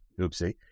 Oopsie